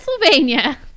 Pennsylvania